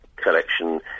Collection